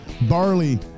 barley